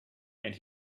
and